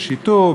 של שיטור,